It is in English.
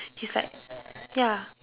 is like ya